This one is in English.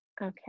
Okay